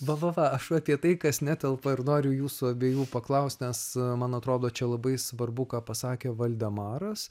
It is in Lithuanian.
va va va aš apie tai kas netelpa ir noriu jūsų abiejų paklaust nes man atrodo čia labai svarbu ką pasakė valdemaras